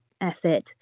effort